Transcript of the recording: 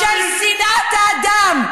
של שנאת האדם.